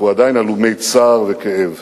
אנחנו עדיין הלומי צער וכאב.